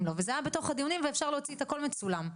לו וזה היה בתוך הדיונים ואפשר להוציא את הכל הכל מצולם.